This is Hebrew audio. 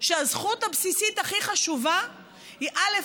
שהזכות הבסיסית הכי חשובה היא, א.